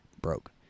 Broke